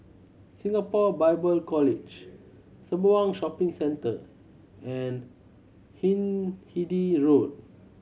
Singapore Bible College Sembawang Shopping Centre and Hindhede Road